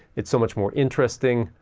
it's so much more interesting,